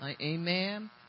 Amen